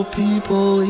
people